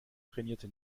trainierte